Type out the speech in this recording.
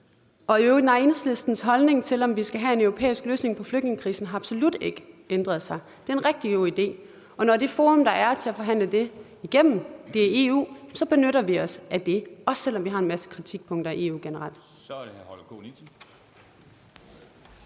jeg sige, at Enhedslistens holdning til, om vi skal have en europæisk løsning på flygtningekrisen, absolut ikke har ændret sig. Det er en rigtig god idé. Og når det forum, der er til at forhandle det igennem, er EU, så benytter vi os af det, også selv om vi har en masse kritikpunkter af EU generelt.